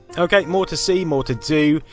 ok, more to see, more to do.